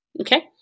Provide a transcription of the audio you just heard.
Okay